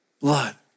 blood